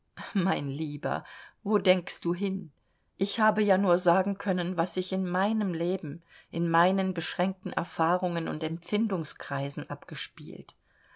mein lieber wo denkst du hin ich habe ja nur sagen können was sich in meinem leben in meinen beschränkten erfahrungs und empfindungskreisen abgespielt